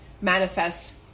manifest